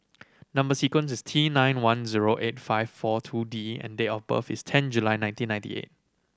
number sequence is T nine one zero eight five four two D and date of birth is ten July nineteen ninety eight